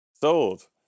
sold